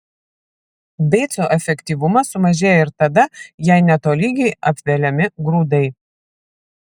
beico efektyvumas sumažėja ir tada jei netolygiai apveliami grūdai